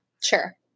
Sure